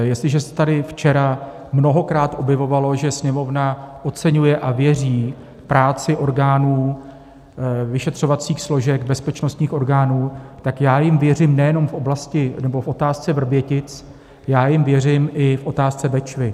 Jestliže se tady včera mnohokrát objevovalo, že Sněmovna oceňuje a věří práci orgánů vyšetřovacích složek bezpečnostních orgánů, tak já jim věřím nejenom v oblasti nebo v otázce Vrbětic, já jim věřím v i otázce Bečvy.